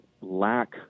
lack